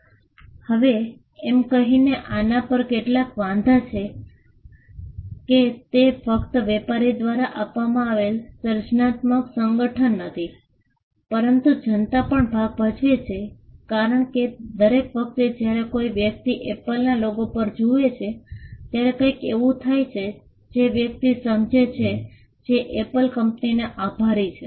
હવે એમ કહીને આના પર કેટલાક વાંધા છે કે તે ફક્ત વેપારી દ્વારા કરવામાં આવેલ સર્જનાત્મક સંગઠન નથી પરંતુ જનતા પણ ભાગ ભજવે છે કારણ કે દરેક વખતે જ્યારે કોઈ વ્યક્તિ એપલના લોગો પર જુએ છે ત્યારે કંઈક એવું થાય છે જે વ્યક્તિ સમજે છે જે એપલ કંપનીને આભારી છે